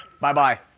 Bye-bye